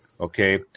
okay